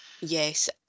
Yes